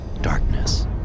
darkness